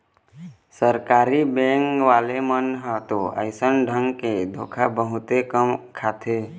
सरकारी बेंक वाले मन ह तो अइसन ढंग के धोखा बहुते कम खाथे